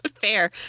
Fair